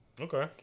Okay